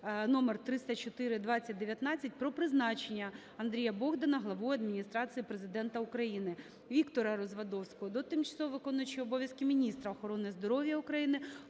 № 304/2019 "Про призначення Андрія Богдана Главою Адміністрації Президента України". Віктора Развадовського до тимчасово виконуючої обов'язки міністра охорони здоров'я України,